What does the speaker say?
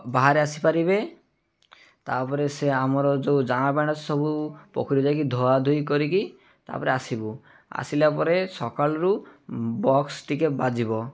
ବାହାରେ ଆସିପାରିବେ ତାପରେ ସେ ଆମର ଯେଉଁ ଜାମାପାଟା ସବୁ ପୋଖରୀ ଯାଇକି ଧୁଆ ଧୋଇ କରିକି ତାପରେ ଆସିବୁ ଆସିଲା ପରେ ସକାଳରୁ ବକ୍ସ ଟିକେ ବାଜିବ